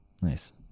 nice